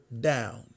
down